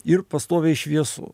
ir pastoviai šviesu